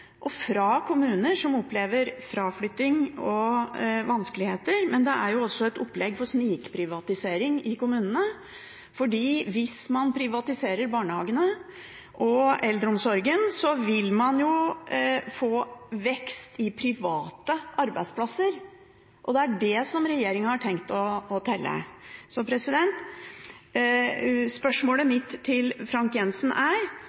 og fra kommuner som opplever fraflytting og vanskeligheter, men det er også et opplegg for snikprivatisering i kommunene. For hvis man privatiserer barnehagene og eldreomsorgen, vil man få vekst i private arbeidsplasser, og det er det regjeringen har tenkt å telle. Spørsmålet mitt til Frank Jenssen er: